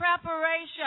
preparation